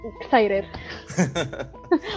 excited